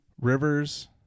Rivers